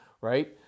right